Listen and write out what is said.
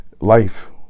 life